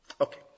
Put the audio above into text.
Okay